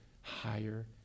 higher